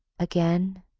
again?